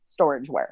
storageware